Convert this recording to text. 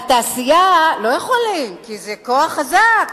על התעשייה הם לא יכולים כי זה כוח חזק.